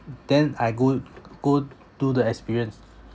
then I go go do the experience